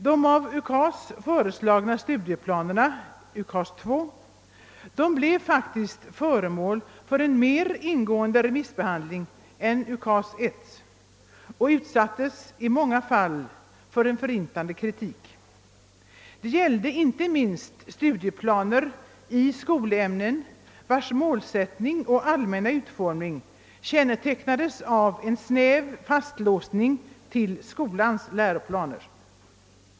De av UKAS föreslagna studieplanerna, UKAS II, blev faktiskt föremål för en mer ingående remissbehandling än UKAS I och utsattes i många fall för en förintande kritik. Det gällde inte minst studieplanerna i skolämnen, vilkas målsättning och allmänna utformning kännetecknades av en snäv fastlåsning till skolans läroplaner.